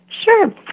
Sure